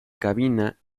cabina